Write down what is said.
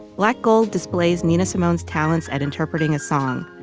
like gold display's nina simone's talents at interpreting a song,